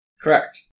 Correct